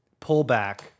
pullback